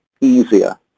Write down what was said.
easier